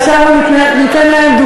ירושלים היא בירת ישראל לנצח נצחים.